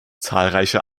zahlreiche